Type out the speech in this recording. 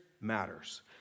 matters